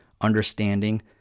understanding